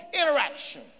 interaction